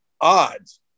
odds